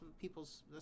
people's